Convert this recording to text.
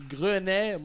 Grenet